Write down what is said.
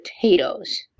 potatoes